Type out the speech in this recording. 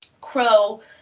Crow